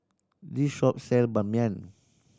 this shop sell Ban Mian